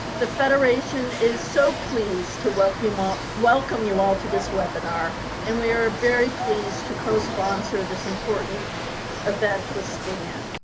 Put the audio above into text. the federation is so pleased to welcome um welcome you all to this webinar, and we are very pleased to co-sponsor this important event with span.